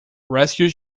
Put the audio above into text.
rescue